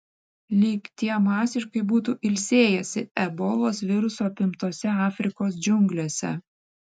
lyg tie masiškai būtų ilsėjęsi ebolos viruso apimtose afrikos džiunglėse